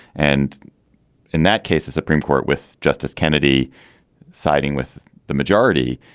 and in that case the supreme court with justice kennedy siding with the majority